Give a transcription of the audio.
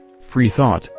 free thought,